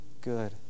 Good